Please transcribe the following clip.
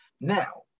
Now